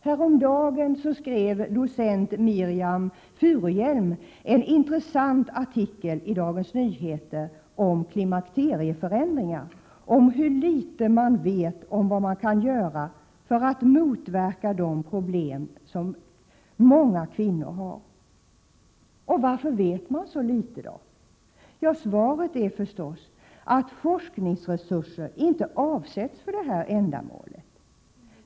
Häromdagen skrev docent Miriam Furuhjelm en intressant artikel i Dagens Nyheter om klimakterieförändringar och om hur litet man vet om vad man kan göra för att motverka de problem som många kvinnor har. Varför vet man då så litet? Svaret är förstås att forskningsresurser inte avsätts för detta ändamål.